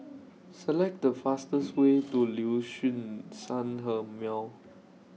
Select The fastest Way to Liuxun Sanhemiao